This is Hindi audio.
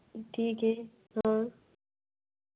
ठीक है हाँ